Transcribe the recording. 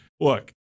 look